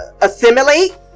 assimilate